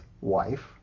wife